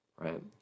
right